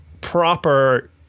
proper